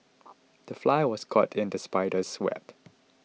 the fly was caught in the spider's web